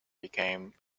became